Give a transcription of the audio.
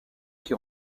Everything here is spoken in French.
qui